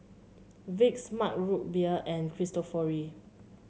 Vicks Mug Root Beer and Cristofori